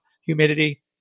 humidity